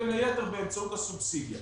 בין היתר, באמצעות הסובסידיה.